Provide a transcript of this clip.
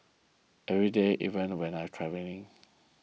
every day even when I'm travelling